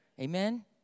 Amen